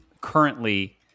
currently